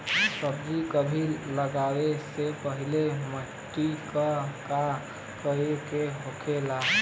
सब्जी कभी लगाओ से पहले मिट्टी के का करे के होखे ला?